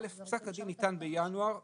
א', פסק הדין ניתן בינואר השנה.